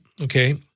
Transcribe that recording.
okay